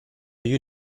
you